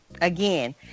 again